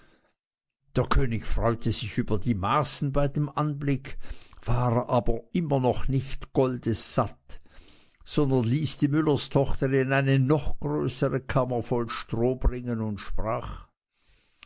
der könig freute sich über die maßen bei dem anblick war aber noch immer nicht goldes satt sondern ließ die müllerstochter in eine noch größere kammer voll stroh bringen und sprach